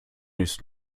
ist